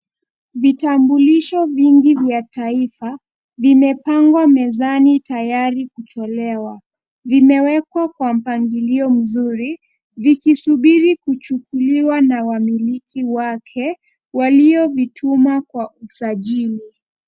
Vitambulisho vingi vya taifa, vimepangwa mezani tayari kutolewa. Vimewekwa kwa mpangilio mzuri, vikisubiri kuchukuliwa na wamiliki wake walio vituma kwa usajili.